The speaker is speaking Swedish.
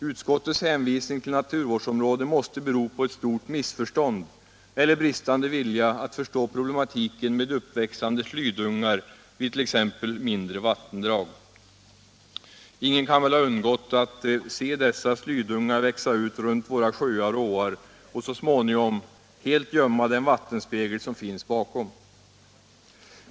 Utskottets hänvisning till naturvårdsområde måste bero på ett stort missförstånd eller bristande vilja att förstå problematiken med uppväxande slydungar vid t.ex. mindre vattendrag. Ingen kan väl ha undgått att se dessa slydungar växa ut runt våra sjöar och åar och så småningom helt gömma den vattenspegel som finns bakom.